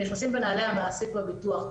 נכנסים בנעלי המעסיק בביטוח.